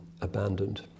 abandoned